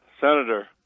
Senator